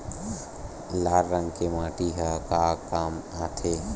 लाल रंग के माटी ह का काम आथे?